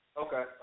Okay